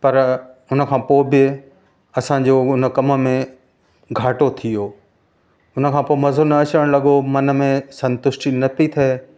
पर उन खां पोइ बि असांजो हुन कम में घाटो थी वियो हुन खां पोइ मज़ो न अचणु लॻो मन में संतुष्टि न पई थिए